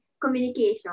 communication